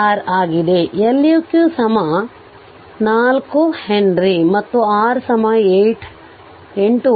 ಆಗಿದೆ Leq 4 Henry ಮತ್ತು R 8 Ω